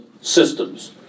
systems